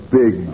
big